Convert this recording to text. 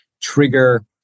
trigger